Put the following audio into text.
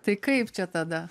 tai kaip čia tada